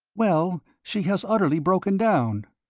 well, she has utterly broken down.